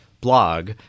blog